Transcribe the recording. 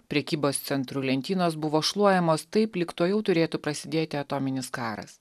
prekybos centrų lentynos buvo šluojamos taip lyg tuojau turėtų prasidėti atominis karas